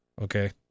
Okay